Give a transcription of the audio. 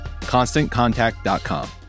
ConstantContact.com